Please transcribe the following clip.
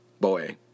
Boy